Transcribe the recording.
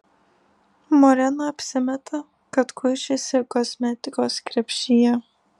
morena apsimeta kad kuičiasi kosmetikos krepšyje